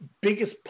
biggest